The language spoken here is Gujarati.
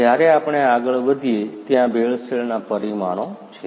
જ્યારે આપણે આગળ વધીએ ત્યાં ભેળસેળના પરિમાણો છે